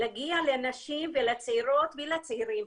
להגיע לנשים ולצעירות ולצעירים,